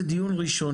זהו דיון ראשוני,